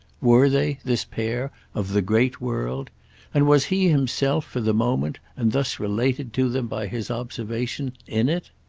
were they, this pair, of the great world and was he himself, for the moment and thus related to them by his observation, in it?